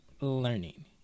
learning